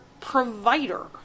provider